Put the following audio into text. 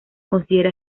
considera